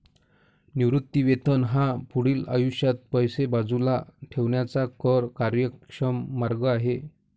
निवृत्ती वेतन हा पुढील आयुष्यात पैसे बाजूला ठेवण्याचा कर कार्यक्षम मार्ग आहे